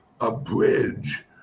abridge